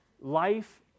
Life